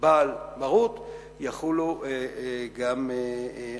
בעל מרות יחולו גם עליהם.